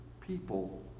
people